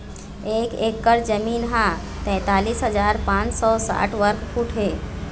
एक एकर जमीन ह तैंतालिस हजार पांच सौ साठ वर्ग फुट हे